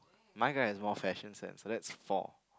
my guys has more fashion sense so that's four